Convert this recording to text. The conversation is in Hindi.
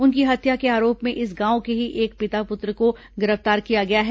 उनकी हत्या के आरोप में इस गांव के ही एक पिता पुत्र को गिरफ्तार किया गया है